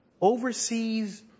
overseas